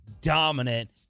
dominant